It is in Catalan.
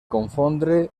confondre